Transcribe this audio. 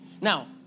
Now